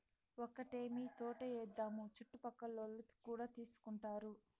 ఒక్కటేమీ తోటే ఏద్దాము చుట్టుపక్కలోల్లు కూడా తీసుకుంటారు